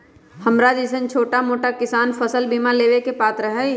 हमरा जैईसन छोटा मोटा किसान फसल बीमा लेबे के पात्र हई?